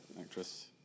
actress